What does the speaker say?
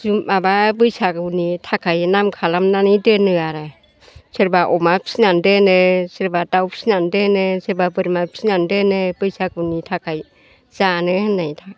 माबा बैसागुनि थाखाय नाम खालामनानै दोनो आरो सोरबा अमा फिनानै दोनो सोरबा दाउ फिनानै दोनो सोरबा बोरमा फिनानै दोनो बैसागुनि थाखाय जानो होनना